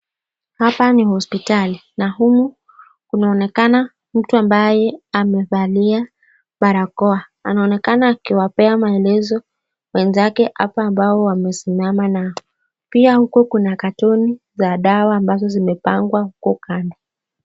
Hapa ni hospitali na humu kunaonekana mtu ambaye amevalia barakoa . Anaonekana akiwapea maelezo wenzake hapa ambao wamesimama na pia huko kuna katoni za dawa ambazo zimepngwa huko kando .